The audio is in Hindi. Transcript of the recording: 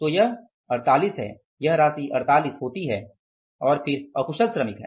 तो यह 48 है यह राशि 48 होती है और फिर अकुशल है